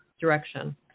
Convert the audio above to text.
direction